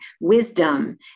wisdom